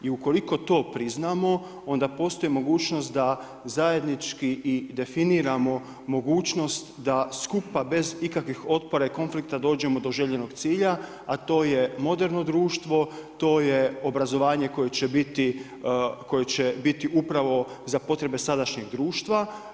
I ukoliko to priznamo, onda postoji mogućnost, da zajednički i definiramo mogućnost da skupa bez ikakvih otpora i konflikta dođemo do željenog cilja, a to je moderno društvo, to je obrazovanje koje će biti upravo za potrebe sadašnjeg društva.